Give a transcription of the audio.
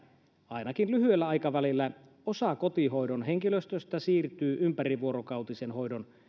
ainakin lyhyellä aikavälillä osa kotihoidon henkilöstöstä siirtyy ympärivuorokautisen hoidon